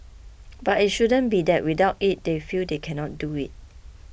but it shouldn't be that without it they feel they cannot do it